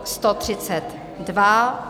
132.